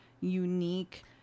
unique